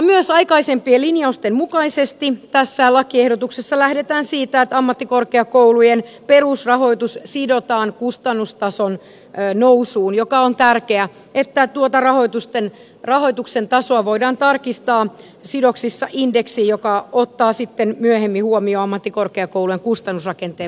myös aikaisempien linjausten mukaisesti tässä lakiehdotuksessa lähdetään siitä että ammattikorkeakoulujen perusrahoitus sidotaan kustannustason nousuun mikä on tärkeää että tuota rahoituksen tasoa voidaan tarkistaa sidoksissa indeksiin joka ottaa sitten myöhemmin huomioon ammattikorkeakoulujen kustannusrakenteen muuttumisen